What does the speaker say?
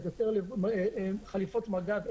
קצת יותר חליפות מג"ד,